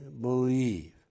believe